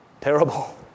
Terrible